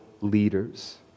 leaders